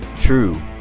True